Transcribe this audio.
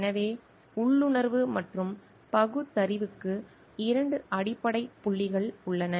எனவே உள்ளுணர்வு மற்றும் பகுத்தறிவுக்கு இரண்டு அடிப்படை புள்ளிகள் உள்ளன